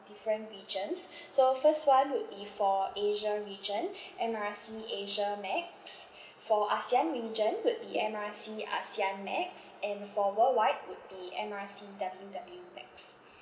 different regions so first one would be for asia region M R C asia max for ASEAN region would be M R C ASEAN max and for worldwide would be M R C W W max